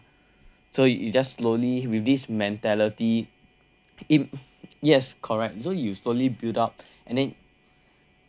so you you just slowly with this mentality yes correct so you slowly build up and then